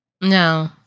No